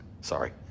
Sorry